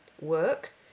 work